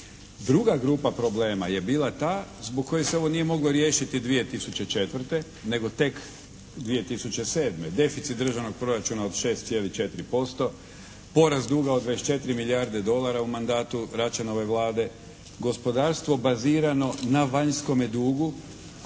Druga grupa problema je bila ta zbog kojih se ovo nije moglo riješiti 2004. nego tek 2007. Deficit državnog proračuna od 6,4%, porast duga od 24 milijarde dolara u mandatu Račanove Vlade, gospodarstvo bazirano na vanjskome dugu,